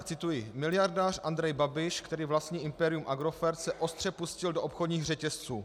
Cituji: Miliardář Andrej Babiš, který vlastní impérium Agrofert, se ostře pustil do obchodních řetězců.